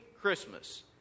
Christmas